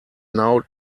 now